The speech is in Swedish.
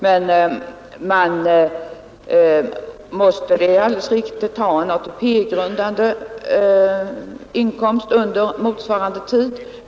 Det är riktigt att man måste ha en ATP-grundande inkomst under motsvarande tid.